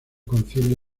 concilio